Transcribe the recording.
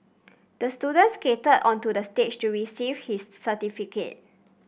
the student skated onto the stage to receive his certificate